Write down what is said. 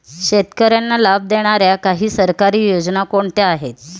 शेतकऱ्यांना लाभ देणाऱ्या काही सरकारी योजना कोणत्या आहेत?